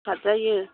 खारजायो